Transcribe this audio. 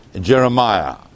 Jeremiah